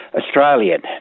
Australian